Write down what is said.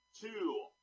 two